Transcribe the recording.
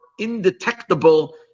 indetectable